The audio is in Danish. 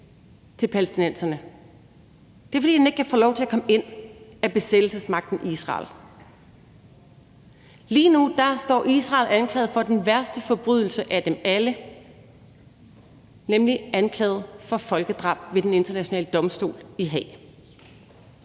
til palæstinenserne. Det er, fordi den ikke kan få lov til at komme ind af besættelsesmagten Israel. Lige nu står Israel anklaget for den værste forbrydelse af dem alle, nemlig anklaget for folkedrab ved Den Internationale Domstol i Haag.